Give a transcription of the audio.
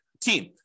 team